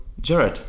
Jared